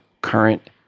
Current